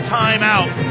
timeout